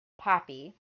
poppy